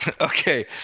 Okay